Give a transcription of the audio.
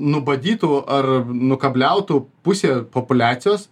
nubandytų ar nukabliautų pusę populiacijos